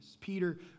Peter